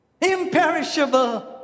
imperishable